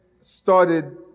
started